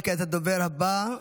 וכעת לדובר הבא,